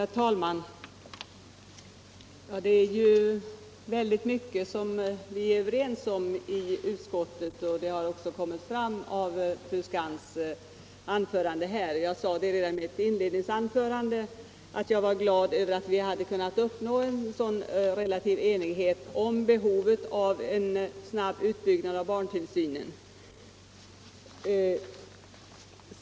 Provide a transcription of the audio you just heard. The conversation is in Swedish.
Herr talman! Det är väldigt mycket som vi är överens om i utskottet, och det har också framgått av fru Skantz anförande. Jag sade redan i mitt inledningsanförande att jag är glad över att vi har kunnat uppnå en så relativt stor enighet om behovet av en snabb utbyggnad av barntillsynen.